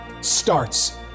starts